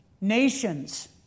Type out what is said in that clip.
Nations